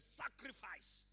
sacrifice